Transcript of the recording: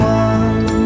one